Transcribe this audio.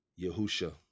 yahusha